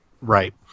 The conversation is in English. right